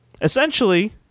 Essentially